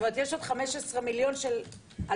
זאת אומרת שיש עוד 15 מיליון של 2017,